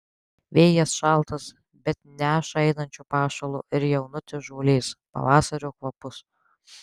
vėjas šaltas bet neša einančio pašalo ir jaunutės žolės pavasario kvapus